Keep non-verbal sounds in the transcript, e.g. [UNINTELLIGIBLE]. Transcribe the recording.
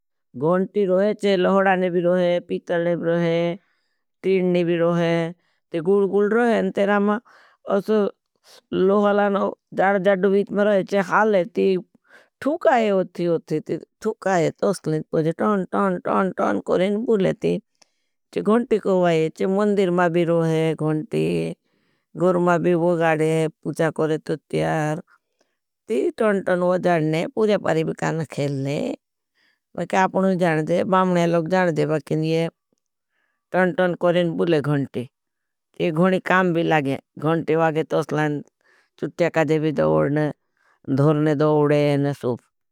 गोंटी रोहे चे लहोडा ने भी रोहे, पीतल ने भी रोहे, तीन ने भी रोहे। ती गुल गुल रोहे और तेरा मां असल लोगलान जाड़ जाड़ बीच में रोहे चे। हाले ती ठूकाये उठी उठी ती ठूकाये तोसले पोजे टौन टौन टौन करें बूले ती चे । गोंट काम भी लागे, [UNINTELLIGIBLE] गौंटी बागे तोसलान चुट्ट्या का देवी दो ओडने, धोरने दो ओडने और सूप।